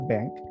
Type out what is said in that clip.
Bank